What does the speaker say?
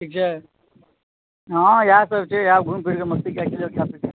ठीक छै हॅं इएह सब छै घुमि फिर कऽ मस्ती